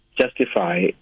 justify